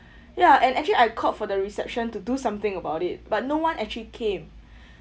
ya and actually I called for the reception to do something about it but no one actually came